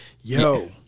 Yo